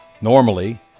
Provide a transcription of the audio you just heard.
Normally